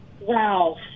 wow